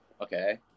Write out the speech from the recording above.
Okay